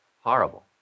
Horrible